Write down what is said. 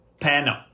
panel